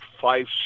five